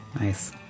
Nice